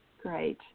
Great